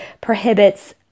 prohibits